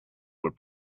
were